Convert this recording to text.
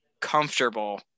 comfortable